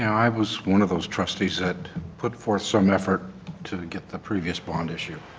i was one of those trustees that put forth some effort to get the previous bond issue.